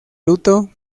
luto